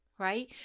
right